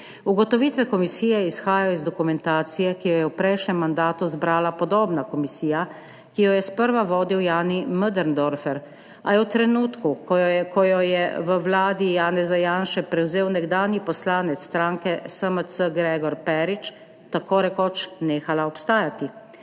Ugotovitve komisije izhajajo iz dokumentacije, ki jo je v prejšnjem mandatu zbrala podobna komisija, ki jo je sprva vodil Jani Möderndorfer, a je v trenutku, ko jo je v vladi Janeza Janše prevzel nekdanji poslanec stranke SMC Gregor Perič, tako rekoč nehala obstajati.